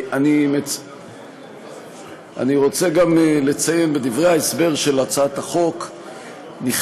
אני רוצה לציין כי בדברי ההסבר להצעת החוק נכתב,